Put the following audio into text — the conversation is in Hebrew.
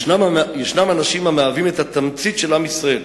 יש אנשים המהווים את התמצית של עם ישראל.